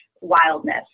wildness